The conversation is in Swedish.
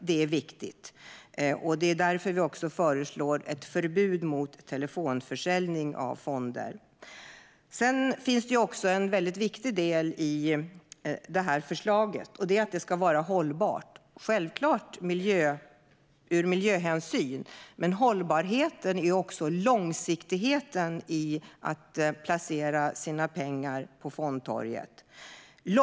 Det är därför vi föreslår ett förbud mot telefonförsäljning av fonder. Det finns en viktig del i förslaget: Pensionssystemet ska vara hållbart. Självklart gäller det ur miljöhänsyn, men hållbarheten handlar också långsiktigheten i att placera sina pengar på fondtorget.